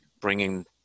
bringing